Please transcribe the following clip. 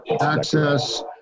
Access